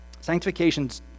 Sanctification's